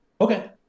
Okay